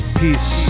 peace